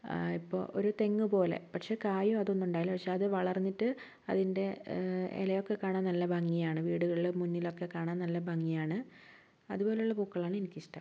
ആ ഇപ്പോൾ ഒരു തെങ്ങ് പോലെ പക്ഷെ കായും അതൊന്നും ഉണ്ടാവില്ല പക്ഷെ അത് വളർന്നിട്ട് അതിൻ്റെ ഇലയൊക്കെ കാണാൻ നല്ല ഭംഗിയാണ് വീടുകളുടെ മുന്നിലൊക്കെ കാണാൻ നല്ല ഭംഗിയാണ് അതുപോലുള്ള പൂക്കളാണ് എനിക്കിഷ്ട്ടം